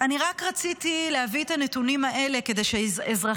אני רק רציתי להביא את הנתונים האלה כדי שאזרחי